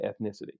ethnicity